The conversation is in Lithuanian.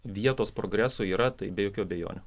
vietos progresui yra tai be jokių abejonių